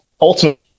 ultimately